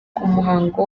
umuhango